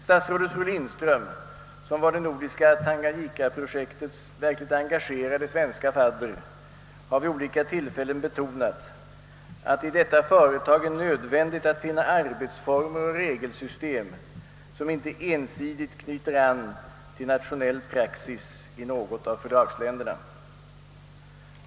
Statsrådet Lindström, som var det nordiska Tanganyika-projektets verkligt engagerade fadder, har vid olika tillfällen betonat, att det i detta företag är nödvändigt att finna arbetsformer och regelsystem, som inte ensidigt knyter an till nationell praxis i något av fördragsländerna.